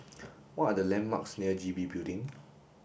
what are the landmarks near G B Building